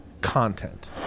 Content